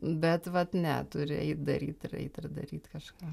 bet vat ne turi eit daryt ir eit ir daryt kažką